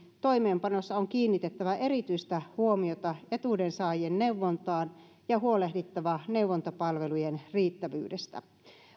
toimeenpanossa on kiinnitettävä erityistä huomiota etuudensaajien neuvontaan ja huolehdittava neuvontapalvelujen riittävyydestä